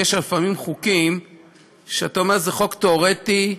יש לפעמים חוקים שאתה אומר: זה חוק תיאורטי,